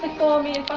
for me